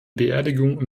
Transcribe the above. beerdigung